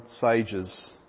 sages